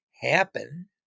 happen